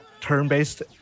turn-based